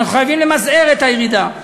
אנחנו חייבים למזער את הירידה.